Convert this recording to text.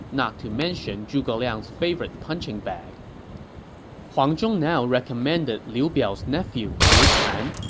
not to mention zhuge liang's favorite punching bag huang zhong now recommended liu biao's nephew, liu pan,